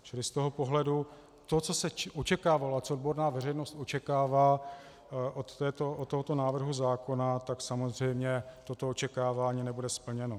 Čili z toho pohledu to, co se očekávalo a co odborná veřejnost očekává od tohoto návrhu zákona, tak samozřejmě toto očekávání nebude splněno.